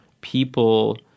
people